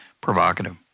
provocative